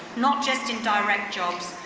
not just in direct jobs,